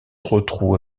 rotrou